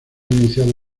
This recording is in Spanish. iniciado